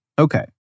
Okay